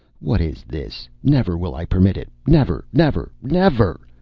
what is this? never will i permit it, never, never, never!